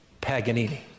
Paganini